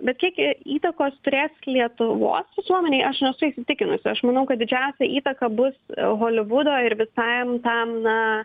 bet kiek i įtakos turės lietuvos visuomenei aš nesu įsitikinusi aš manau kad didžiausią įtaką bus holivudo ir visam tam na